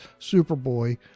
Superboy